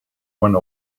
one